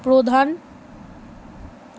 প্রধান